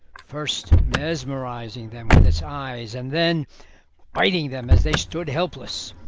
first mesmerising them with its eyes and then biting them as they stood helpless.